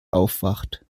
aufwacht